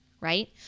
right